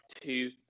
two